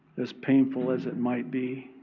as painful as it might be.